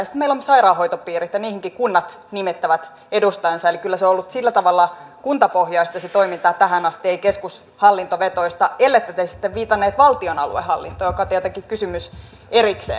sitten meillä on sairaanhoitopiirit ja niihinkin kunnat nimittävät edustajansa eli kyllä se toiminta on ollut sillä tavalla kuntapohjaista tähän asti ei keskushallintovetoista ellette te sitten viitannut valtion aluehallintoon joka tietenkin on kysymys erikseen